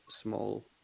small